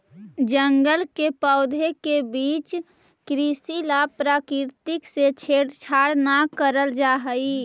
जंगल के पौधों के बीच कृषि ला प्रकृति से छेड़छाड़ न करल जा हई